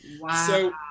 Wow